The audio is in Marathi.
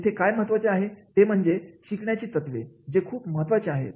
इथे काय महत्त्वाचे आहे ते म्हणजे शिकण्याची तत्वे जे खूप महत्त्वाचे आहे